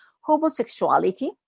homosexuality